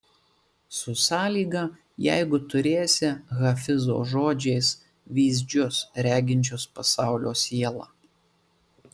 su sąlyga jeigu turėsi hafizo žodžiais vyzdžius reginčius pasaulio sielą